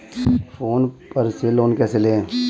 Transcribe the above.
Phone पर से loan कैसे लें?